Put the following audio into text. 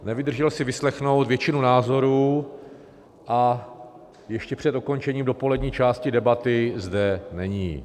Nevydržel si vyslechnout většinu názorů a ještě před dokončením dopolední části debaty zde není.